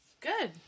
Good